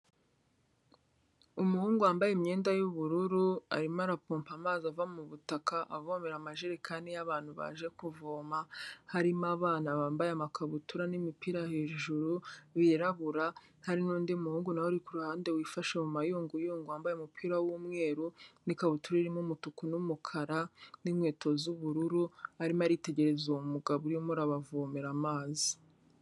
Umuhungu wambaye imyenda y'ubururu arimo arapopa amazi ava mu butaka avomera amajerekani y'abantu baje kuvoma. Harimo abana bambaye amakabutura n'imipira hejuru birarabura hari n'undi muhungu na we uri ku ruhande wifashe mu mayunguyu wambaye umupira w'umweru n'ikabutura irimo umutuku n'umukara, n'inkweto z'ubururu. Arimo aritegereza uwo mugabo urimo urabavomera amazi.